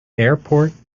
airport